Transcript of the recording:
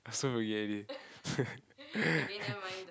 I also forget already